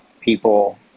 people